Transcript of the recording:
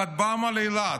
כטב"מ על אילת,